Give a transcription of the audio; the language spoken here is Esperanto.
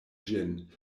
ĝin